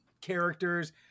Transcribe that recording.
characters